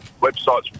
websites